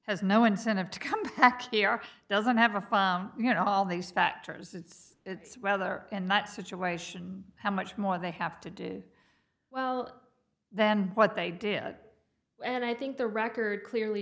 has no incentive to come back here doesn't have a you know all these factors it's it's rather in that situation how much more they have to do well than what they did and i think the record clearly